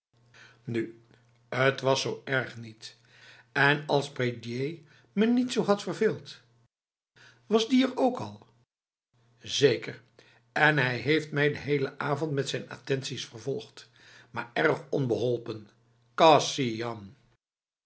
nu t was zo erg niet en als prédier me niet zo had verveeldb was die er ook al zeker en hij heeft mij de hele avond met zijn attenties vervolgd maar erg onbeholpen kasian